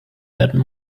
werden